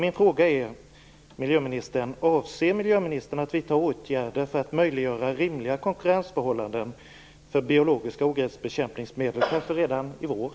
Min fråga är: Avser miljöministern att vidta åtgärder för att möjliggöra rimliga konkurrensförhållanden för biologiska ogräsbekämpningsmedel kanske redan i vår?